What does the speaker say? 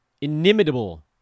inimitable